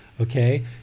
Okay